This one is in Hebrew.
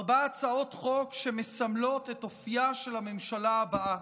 ארבע הצעות חוק שמסמלות את אופייה של הממשלה הבאה,